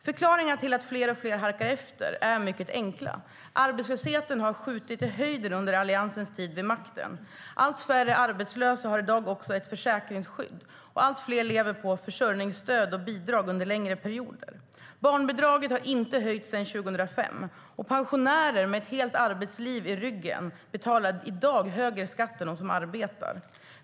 Förklaringarna till att fler och fler halkar efter är mycket enkla: Arbetslösheten har skjutit i höjden under Alliansens tid vid makten, och allt färre arbetslösa har i dag ett försäkringsskydd. Allt fler lever under längre perioder på försörjningsstöd och bidrag. Barnbidraget har inte höjts sedan 2005, och pensionärer med ett helt arbetsliv i ryggen betalar i dag högre skatt än de som arbetar.